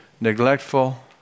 neglectful